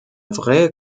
vraie